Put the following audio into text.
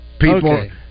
people